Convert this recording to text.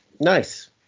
Nice